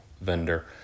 vendor